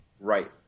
Right